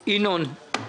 ינון.